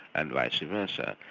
and vice versa.